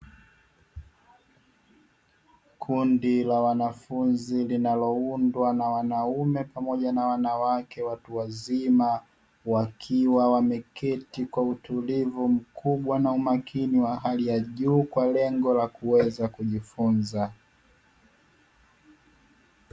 Kundi la wanafunzi linaloundwa na wanaume pamoja na wanawake watu wazima wakiwa wameketi kwa utulivu mkubwa na umakini wa hali ya juu kwa lengo la kuweza kujifunza.